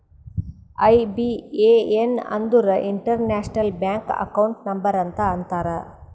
IBAN ಅಂದುರ್ international bank account number ಅಂತ ಅಂತಾರ್